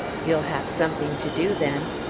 you'll have something to do then.